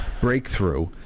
breakthrough